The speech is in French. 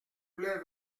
plait